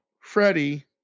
Freddie